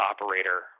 operator